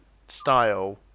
style